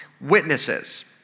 witnesses